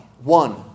One